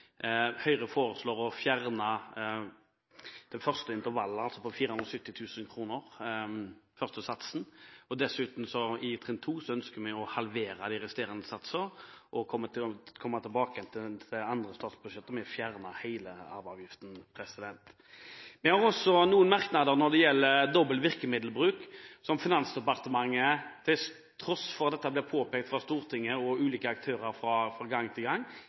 Høyre foreslår å fjerne det første intervallet, på 470 000 kr, den første satsen. Dessuten, i trinn 2, ønsker vi å halvere de resterende satsene og vil komme tilbake i andre statsbudsjetter når det gjelder å fjerne hele arveavgiften. Vi har også noen merknader når det gjelder dobbel virkemiddelbruk, som Finansdepartementet, til tross for at dette ble påpekt fra Stortingets og flere aktørers side gang på gang, ikke kommer tilbake til